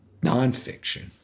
nonfiction